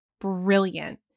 brilliant